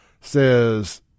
says